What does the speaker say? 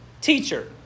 teacher